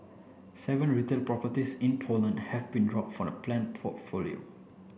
seven retail properties in Poland have been drop from the planned portfolio